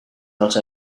not